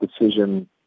decision